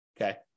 okay